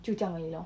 就这样而已 lor